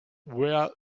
were